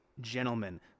gentlemen